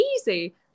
easy